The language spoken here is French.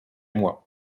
moi